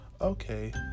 Okay